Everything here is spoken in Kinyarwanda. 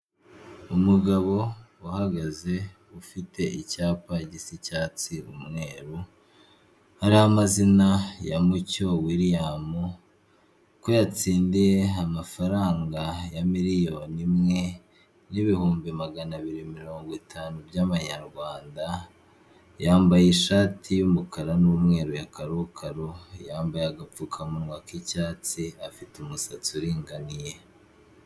Umugabo uhagaze ufite icyapa gisa icyatsi umweru hariho amazina ya mucyo william ko yatsindiye amafaranga ya miliyoni imwe n'ibihumbi magana abiri mirongo itanu by'amanyarwanda yambaye ishati y'umukara n'umweru ya karokaro yambaye agapfukamuwa k'icyatsi afite umusatsi uringaniye.